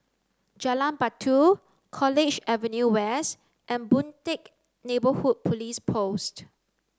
Jalan Batu College Avenue West and Boon Teck Neighbourhood Police Post